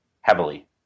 heavily